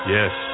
Yes